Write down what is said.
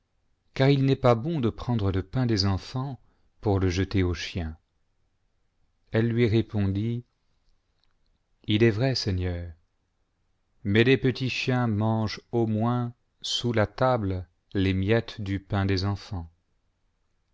car il n'est pas bon de prendre le pain des enfants pour le jeter aux chiens elle lui répondit b est vrai seigneur mais les petits chiens mangent au moins sous la table les miettes du pain des enfants